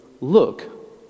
look